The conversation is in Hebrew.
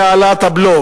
אלא העלאת הבלו,